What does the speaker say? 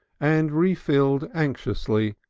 and refilled anxiously,